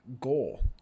goal